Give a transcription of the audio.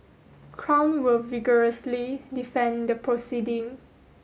crown will vigorously defend the proceeding